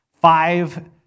Five